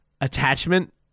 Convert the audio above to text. attachment